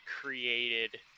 created